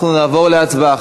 אנחנו נעבור להצבעה.